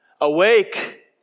awake